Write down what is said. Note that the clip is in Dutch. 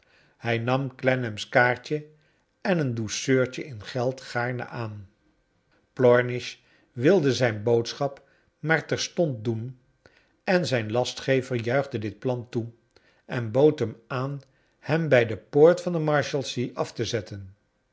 hij nam clennam's kaartje en een douceurtje in geld gaarne aan plornish wilde zijn boodschap maar terstond doen en zijn lastgever juichte dit plan toe en bood hem aan hem bij de poort van de marshalsea af te zetten